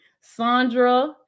Sandra